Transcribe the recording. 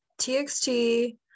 txt